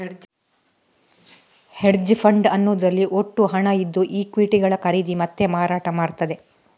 hedge fund ಅನ್ನುದ್ರಲ್ಲಿ ಒಟ್ಟು ಹಣ ಇದ್ದು ಈಕ್ವಿಟಿಗಳ ಖರೀದಿ ಮತ್ತೆ ಮಾರಾಟ ಮಾಡ್ತದೆ